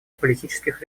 политических